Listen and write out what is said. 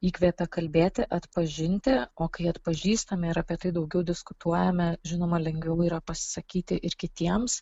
įkvepia kalbėti atpažinti o kai atpažįstame ir apie tai daugiau diskutuojame žinoma lengviau yra pasisakyti ir kitiems